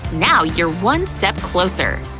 now you're one step closer!